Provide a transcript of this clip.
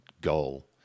goal